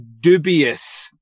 dubious